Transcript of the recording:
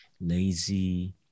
lazy